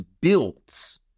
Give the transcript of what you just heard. builds